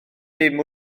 dim